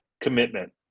Commitment